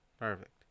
Perfect